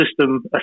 system